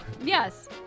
Yes